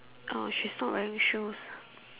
oh she's not wearing shoes